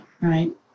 right